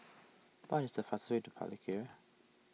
what is the fastest way to Palikir